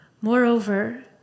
Moreover